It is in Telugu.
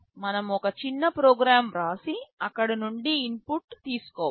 మనము ఒక చిన్న ప్రోగ్రామ్ వ్రాసి అక్కడ నుండి ఇన్పుట్ తీసుకోవచ్చు